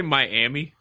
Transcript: Miami